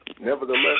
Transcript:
Nevertheless